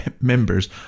members